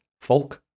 Folk